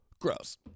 Gross